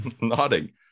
Nodding